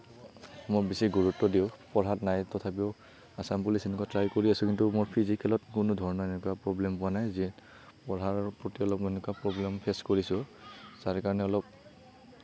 মই বেছি গুৰুত্ব দিওঁ পঢ়াত নাই তথাপিও আসাম পুলিচ এনেকুৱাতো ট্ৰাই কৰি আছোঁ কিন্তু মোৰ ফিজিকেলত কোনো ধৰণৰ এনেকুৱা প্ৰব্লেম পোৱা নাই যে পঢ়াৰ প্ৰতি অলপ এনেকুৱা প্ৰব্লেম ফেচ কৰিছোঁ যাৰ কাৰণে অলপ